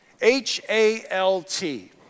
H-A-L-T